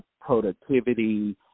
productivity